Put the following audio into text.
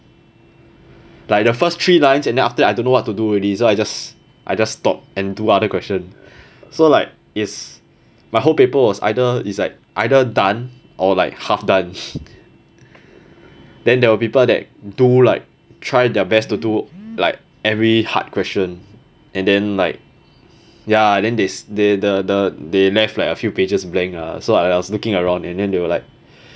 like the first three lines and then after that I don't know what to do already so I just I just stopped and do other question so like is my whole paper was either it's like either done or like half done then there are people that do like try their best to do like every hard question and then like ya then this the the the they left like a few pages blank lah so I was looking around and then they were like